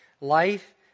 Life